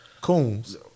Coons